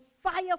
fire